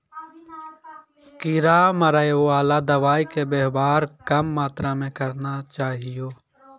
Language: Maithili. कीड़ा मारैवाला दवाइ के वेवहार कम मात्रा मे करना चाहियो